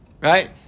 right